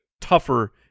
tougher